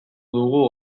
dugu